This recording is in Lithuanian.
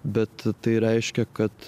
bet tai reiškia kad